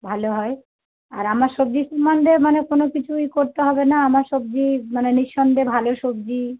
ভালো হয় আর আমার সবজি সম্বন্ধে মানে কোনো কিছুই করতে হবে না আমার সবজি মানে নিঃসন্দেহে ভালো সবজি